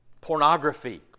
pornography